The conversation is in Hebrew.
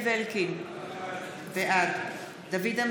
החוק אושר בקריאה שנייה ברוב הנדרש.